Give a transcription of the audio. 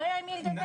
לא היה עם מי לדבר.